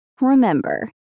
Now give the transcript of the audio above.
remember